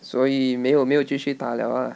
所以没有没有继续打 liao ah